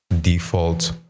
default